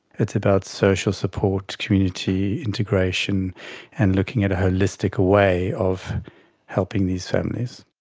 it's about social support, community integration and looking at a holistic way of helping these families.